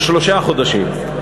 של שלושה חודשים.